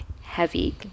heavy